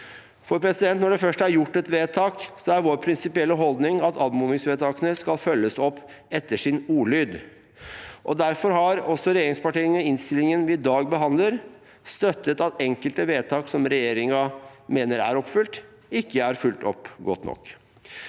å rapportere om. Når det først er gjort et vedtak, er vår prinsipielle holdning at anmodningsvedtakene skal følges opp etter sin ordlyd. Derfor har regjeringspartiene i innstillingen vi i dag behandler, støttet at enkelte vedtak regjeringen mener er oppfylt, ikke er fulgt opp godt nok.